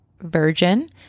virgin